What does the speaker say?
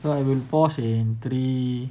so I will pause in three